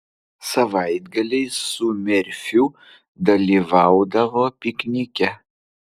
savaitgaliais su merfiu dalyvaudavo piknike